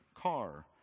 car